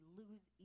lose